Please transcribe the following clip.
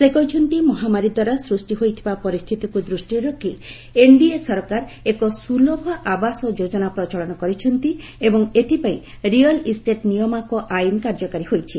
ସେ କହିଛନ୍ତି ମହାମାରୀ ଦ୍ୱାରା ସୃଷ୍ଟି ହୋଇଥିବା ପରିସ୍ଥିତିକୁ ଦୃଷ୍ଟିରେ ରଖି ଏନ୍ଡିଏ ସରକାର ଏକ ସୁଲଭ ଆବାସ ଯୋଜନା ପ୍ରଚଳନ କରିଛନ୍ତି ଏବଂ ଏଥିପାଇଁ ରିଅଲ୍ ଇଷ୍ଟେଟ୍ ନିୟାମକ ଆଇନ୍ କାର୍ଯ୍ୟକାରୀ ହୋଇଛି